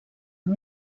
amb